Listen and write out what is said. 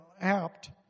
apt